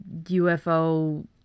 UFO